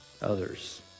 others